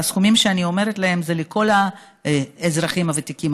הסכומים שאני אומרת לכם הם לכל האזרחים הוותיקים,